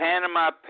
Panama